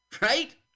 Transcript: right